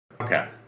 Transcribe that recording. Okay